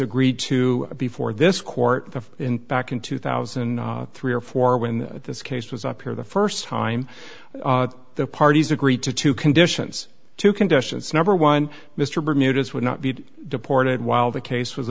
agreed to before this court in back in two thousand and three or four when this case was up here the first time the parties agreed to two conditions two conditions number one mr bermuda's would not be deported while the case was